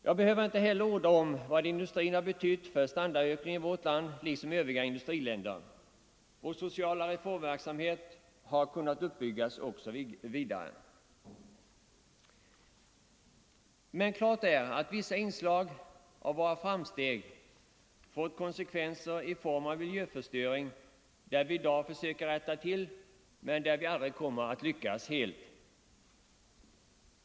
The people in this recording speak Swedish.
Jag behöver här inte heller orda om vad industrin har betytt för standardökningen i vårt land liksom i övriga industriländer. Vår sociala reformverksamhet har kunnat byggas ut osv. Men klart är att vissa av våra framsteg har fått konsekvenser i form av miljöförstöring som vi i dag försöker rätta till, men där vi aldrig kommer att lyckas helt.